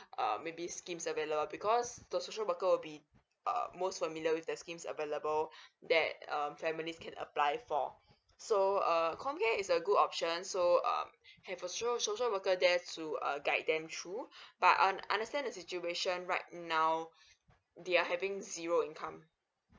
err maybe schemes available because the social worker will be uh most familiar with the schemes available that um families can apply for so err comcare is a good option so uh have a strong social worker there to uh guide them through but un~ understand the situation right now they are having zero income